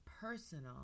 personal